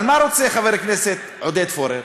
אבל מה רוצה חבר הכנסת עודד פורר?